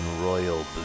Royal